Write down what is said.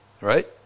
Right